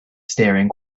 staring